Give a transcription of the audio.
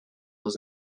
was